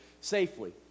Safely